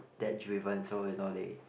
that driven so you know they